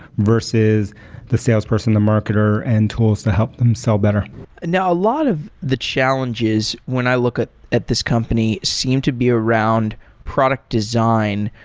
versus the salesperson, the marketer and tools to help them sell better now a lot of the challenges when i look at at this company seem to be around product design,